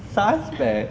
suspect